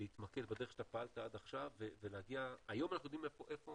להתמקד בדרך שאתה פעלת עד עכשיו ולהגיע היום אנחנו יודעים איפה